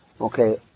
okay